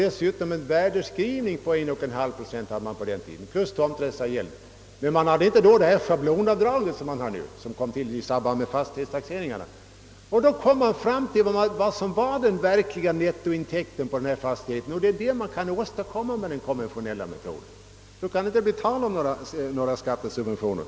Dessutom fick man på den tiden dra av en värdeminskning på 1,5 procent, plus tomträttsavgälden. Då fanns inte det schablonavdrag på 200 kr. som senare tillkom i samband med fastighetstaxeringarna. På detta sätt kom man fram till vad som var den verkliga nettointäkten på fastigheten, detta är vad som åstadkommes med den konventionella metoden. Då kan det inte bli tal om några skattesubventioner.